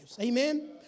Amen